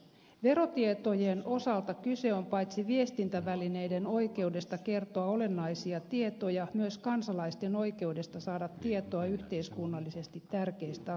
verotietojen osalta kyse on paitsi viestintävälineiden oikeudesta kertoa olennaisia tietoja myös kansalaisten oikeudesta saada tietoa yhteiskunnallisesti tärkeistä asioista